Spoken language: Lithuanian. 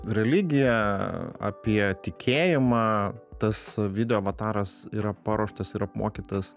religiją apie tikėjimą tas video avataras yra paruoštas ir apmokytas